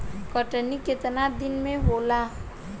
कटनी केतना दिन मे होला?